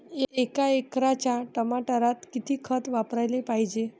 एका एकराच्या टमाटरात किती खत वापराले पायजे?